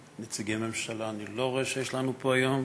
נציגי ממשלה אני לא רואה שיש לנו פה היום.